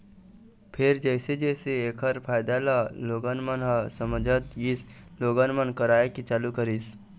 फेर जइसे जइसे ऐखर फायदा ल लोगन मन ह समझत गिस लोगन मन कराए के चालू करिस